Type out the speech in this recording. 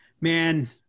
man